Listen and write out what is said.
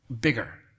bigger